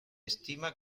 estima